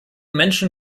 menschen